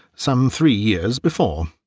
some three years before,